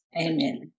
Amen